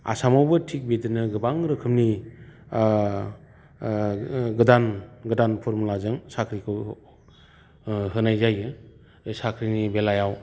आसामावबो थिक बिदिनो गोबां रोखोमनि गोदान फरमुलाजों साख्रिखौ होनाय जायो बे साख्रिनि बेलायाव